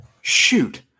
Shoot